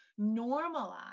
normalize